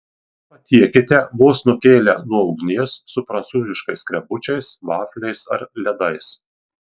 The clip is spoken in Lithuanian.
patiekite vos nukėlę nuo ugnies su prancūziškais skrebučiais vafliais ar ledais